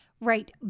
Right